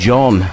John